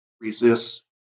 resists